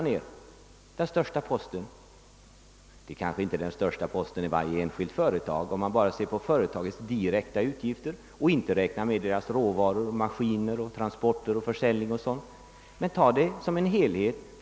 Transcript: Är det den ni vill ha ner? Lönekostnaderna är kanske inte den största posten för varje enskilt företag om man ser bara på företagets direkta utgifter och inte räknar med kostnaderna för råvaror, maskiner, transporter och försäljning, men om man tar det som helhet är det den största posten.